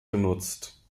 genutzt